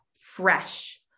fresh